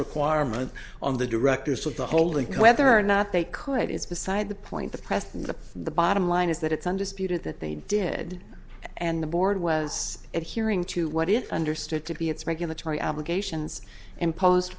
requirement on the directors of the holding whether or not they could it's beside the point the press the the bottom line is that it's undisputed that they did and the board was at hearing two what it understood to be its regulatory obligations imposed